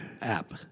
app